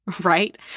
right